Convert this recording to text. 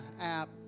app